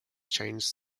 changed